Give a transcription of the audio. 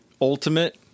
Ultimate